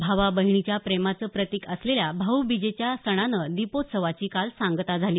भावा बहिणीच्या प्रेमाचं प्रतीक असलेल्या भाऊबीजेच्या सणानं दीपोत्सवाची काल सांगता झाली